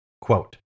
Quote